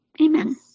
amen